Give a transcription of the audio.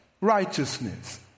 righteousness